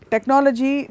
Technology